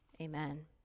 Amen